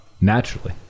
naturally